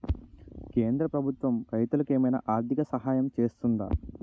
కేంద్ర ప్రభుత్వం రైతులకు ఏమైనా ఆర్థిక సాయం చేస్తుందా?